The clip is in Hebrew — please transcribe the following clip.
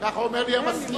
כך אומר לי המזכיר.